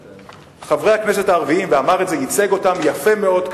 חברי הכנסת הערבים, וייצג אותם יפה מאוד כאן,